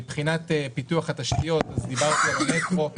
מבחינת פיתוח התשתיות דיברתי על המטרו,